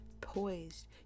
poised